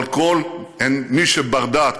אבל מי שבר-דעת,